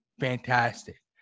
fantastic